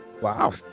Wow